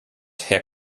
herr